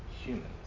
humans